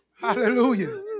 Hallelujah